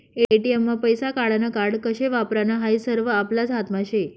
ATM मा पैसा काढानं कार्ड कशे वापरानं हायी सरवं आपलाच हातमा शे